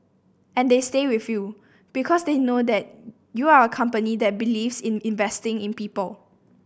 and they stay with you because they know that you are a company that believes in investing in people